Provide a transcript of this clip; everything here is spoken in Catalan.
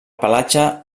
pelatge